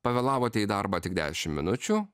pavėlavote į darbą tik dešimt minučių